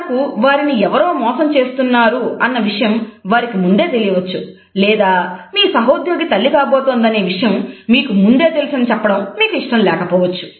ఉదాహరణకు వారిని ఎవరో మోసం చేస్తున్నారు అన్న విషయం వారికి ముందే తెలియవచ్చు లేదా మీ సహోద్యోగి తల్లి కాబోతోంది అనే విషయం మీకు ముందే తెలుసని చెప్పడం మీకు ఇష్టం లేకపోవచ్చు